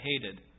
hated